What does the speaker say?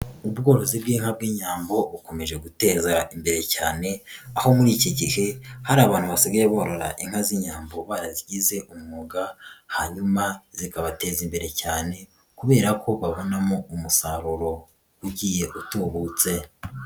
Ubworozi bw'inka bw'Inyambo bukomeje guteza imbere cyane, aho muri iki gihe hari abantu basigaye borora inka z'Inyambo barazigize umwuga, hanyuma zikabateza imbere cyane kubera ko babonamo umusaruro ugiye utubutse.